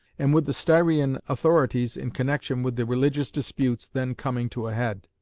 and with the styrian authorities in connection with the religious disputes then coming to a head.